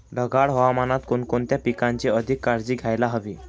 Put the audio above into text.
ढगाळ हवामानात कोणकोणत्या पिकांची अधिक काळजी घ्यायला हवी?